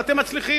ואתם מצליחים,